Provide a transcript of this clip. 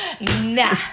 Nah